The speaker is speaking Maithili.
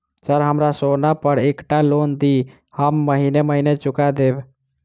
सर हमरा सोना पर एकटा लोन दिऽ हम महीने महीने चुका देब?